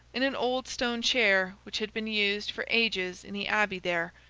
in an old stone chair which had been used for ages in the abbey there,